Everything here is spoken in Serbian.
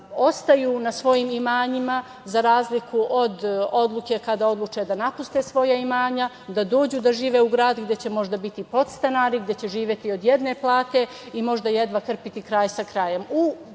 ostaju na svojim imanjima, za razliku od odluke kada odluče da napuste svoja imanja, da dođu da žive u gradu, gde će možda biti podstanari, gde će živeti od jedne plate i možda jedva krpiti kraj sa krajem. U pogledu